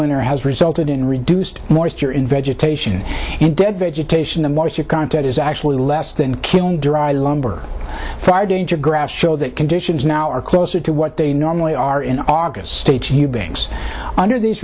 winter has resulted in reduced more secure in vegetation and dead vegetation the moisture content is actually less than killing dry lumber fire danger graph show that conditions now are closer to what they normally are in august states eubanks under these